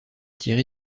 tiré